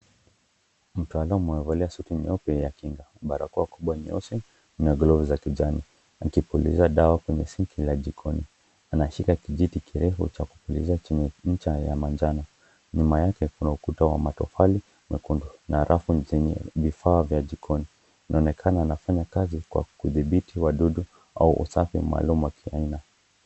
Mtaalam amevalia suti nyeupe ya kinga, barakoa kubwa nyeusi, na glovu za kijani, akipuliza dawa kwenye sinki la jikoni, anashika kijiti kirefu cha kupulizia chenye ncha ya manjano , nyuma yake kuna ukuta wa matofali naa arafu zenye vifaa vya jikoni, inaonekana anafanya kazi kwa kudhibiti wadudu, au usafi maalumbwa kiaina.